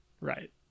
Right